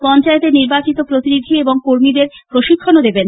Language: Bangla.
পঞ্চায়েতের নির্বাচিত প্রতিনিধি এবং কর্মীদের প্রশিক্ষণও দেবেন